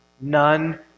none